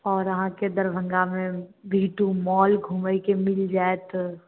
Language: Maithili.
आओर आहाँके दरभङ्गामे वी टू मॉल घुमयके मिल जायत